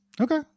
Okay